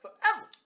forever